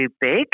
big